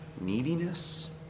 neediness